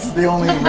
the only